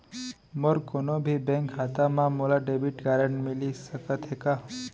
मोर कोनो भी बैंक खाता मा मोला डेबिट कारड मिलिस सकत हे का?